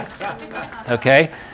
Okay